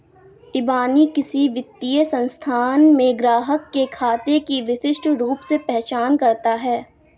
इबानी किसी वित्तीय संस्थान में ग्राहक के खाते की विशिष्ट रूप से पहचान करता है